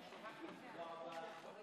תודה.